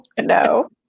No